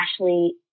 Ashley